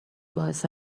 باعث